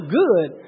good